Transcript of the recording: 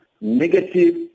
negative